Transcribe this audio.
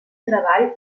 treball